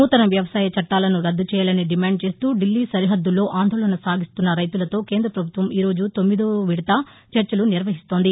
నూతన వ్యవసాయ చట్టాలను రద్గు చేయాలని డిమాండ్ చేస్తూ దిల్లీ సరిహద్గుల్లో ఆందోళన సాగిస్తున్న రైతులతో కేంద్ర పభుత్వం ఈరోజు తొమ్మిదో విడత చర్చలు నిర్వహిస్తోంది